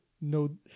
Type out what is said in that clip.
no